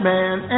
Man